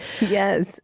yes